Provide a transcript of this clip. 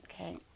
okay